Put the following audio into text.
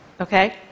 Okay